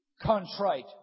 Contrite